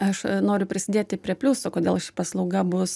aš noriu prisidėti prie pliuso kodėl ši paslauga bus